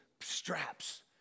straps